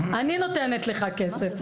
אני נותנת לך כסף,